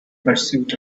pursuit